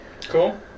Cool